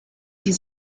die